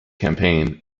campaign